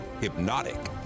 hypnotic